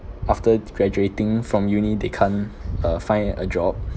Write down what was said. after graduating from uni they can't uh find a job